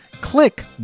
Click